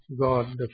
God